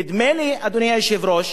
נדמה לי, אדוני היושב-ראש,